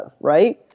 right